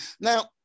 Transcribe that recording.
now